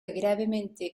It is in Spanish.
gravemente